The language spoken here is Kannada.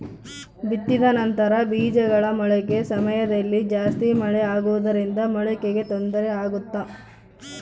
ಬಿತ್ತಿದ ನಂತರ ಬೇಜಗಳ ಮೊಳಕೆ ಸಮಯದಲ್ಲಿ ಜಾಸ್ತಿ ಮಳೆ ಆಗುವುದರಿಂದ ಮೊಳಕೆಗೆ ತೊಂದರೆ ಆಗುತ್ತಾ?